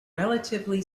relatively